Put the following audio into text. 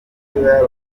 myiza